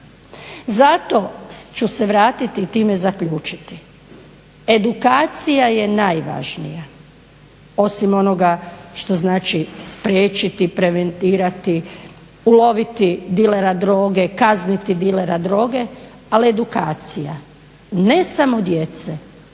Zato ću se vratiti i time zaključiti: edukacija je najvažnija, osim onoga što znači spriječiti, preventirati, uloviti dilera droge, kazniti dilera droge, ali edukacija ne samo djece